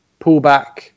pullback